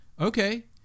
okay